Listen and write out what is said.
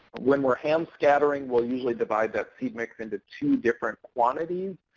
when we're hand scattering we'll usually divide that seed mix into two different quantities,